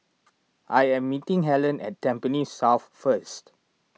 I am meeting Hellen at Tampines South first